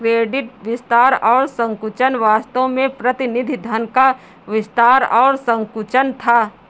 credit विस्तार और संकुचन वास्तव में प्रतिनिधि धन का विस्तार और संकुचन था